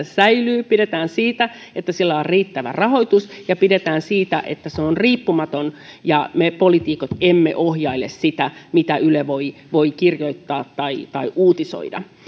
säilyy pidetään huolta siitä että sillä on riittävä rahoitus ja pidetään huolta siitä että se on riippumaton ja me poliitikot emme ohjaile sitä mitä yle voi voi kirjoittaa tai tai uutisoida